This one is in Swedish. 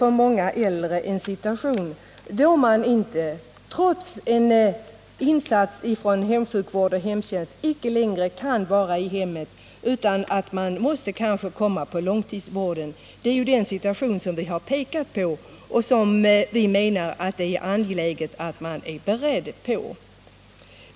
Trots det uppkommer för många äldre en situation då de icke längre kan vara i hemmet utan måste få plats i långtidsvården. Det är den situationen som vi har pekat på och som vi menar att det är angeläget att man är beredd på.